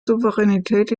souveränität